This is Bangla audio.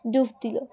ডুব দিলো